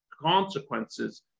consequences